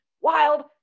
wild